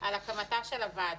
על הקמתה של הוועדה.